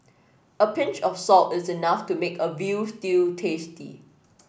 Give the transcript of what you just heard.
a pinch of salt is enough to make a veal stew tasty